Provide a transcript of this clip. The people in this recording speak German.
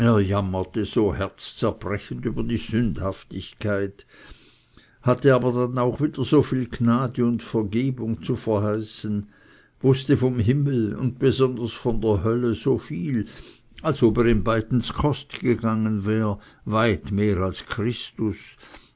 so herzbrechend über die sündhaftigkeit hatte aber dann auch wieder so viel gnade und vergebung zu verheißen wußte vom himmel und besonders von der hölle so viel als ob er in beiden z'chost gegangen wäre weit mehr als christus